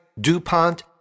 DuPont